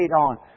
on